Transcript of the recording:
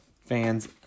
Fans